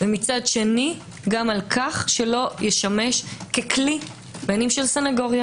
ומצד שני גם על כך שלא ישמש ככלי בין אם של סנגוריה